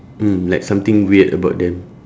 mm like something weird about them